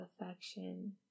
affection